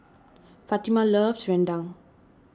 Fatima loves Rendang